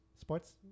sports